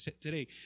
today